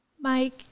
Mike